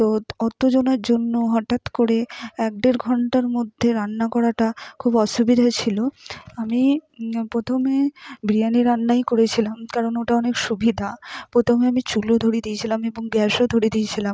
তো অতজনের জন্য হঠাৎ করে এক দেড় ঘণ্টার মধ্যে রান্না করাটা খুব অসুবিধা ছিল আমি প্রথমে বিরিয়ানি রান্নাই করেছিলাম কারণ ওটা অনেক সুবিধা প্রথমে আমি চুলো ধরিয়ে দিয়েছিলাম এবং গ্যাসও ধরিয়ে দিয়েছিলাম